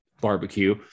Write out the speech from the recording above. barbecue